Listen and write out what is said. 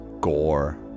gore